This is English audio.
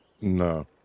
No